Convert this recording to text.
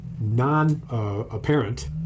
non-apparent